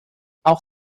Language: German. auch